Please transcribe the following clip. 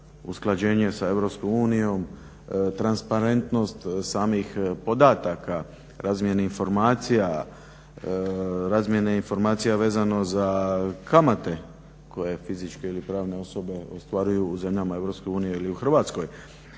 usklađenje s EU, transparentnost samih podataka razmjeni informacija, razmjene informacija vezano za kamate koje fizičke ili pravne osobe ostvaruju u zemljama EU ili u Hrvatskoj